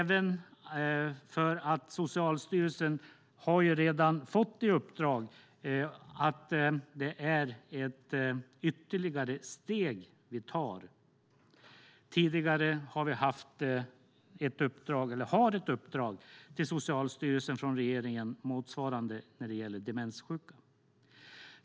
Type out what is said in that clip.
Vi tar alltså ytterligare ett steg. Tidigare har Socialstyrelsen ett motsvarande uppdrag från regeringen när det gäller demenssjuka.